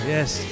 Yes